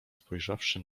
spojrzawszy